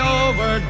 over